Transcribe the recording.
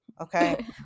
Okay